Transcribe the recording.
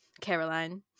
Caroline